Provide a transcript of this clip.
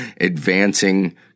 advancing